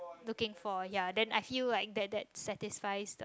looking for ya then I feel like that that satisfies the